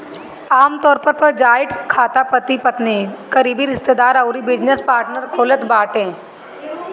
आमतौर पअ जॉइंट खाता पति पत्नी, करीबी रिश्तेदार अउरी बिजनेस पार्टनर खोलत बाने